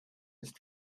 ist